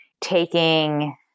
taking